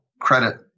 credit